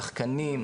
שחקנים,